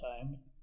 time